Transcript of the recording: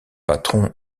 patron